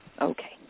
Okay